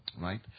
right